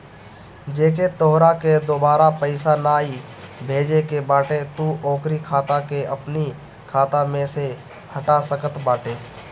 जेके तोहरा के दुबारा पईसा नाइ भेजे के बाटे तू ओकरी खाता के अपनी खाता में से हटा सकत बाटअ